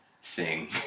sing